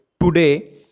today